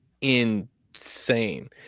insane